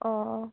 অঁ